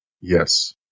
Yes